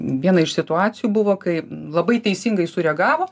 viena iš situacijų buvo kai labai teisingai sureagavo